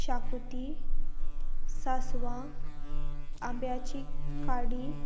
शाकुती सासवां आब्याची काडी